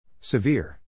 Severe